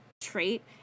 trait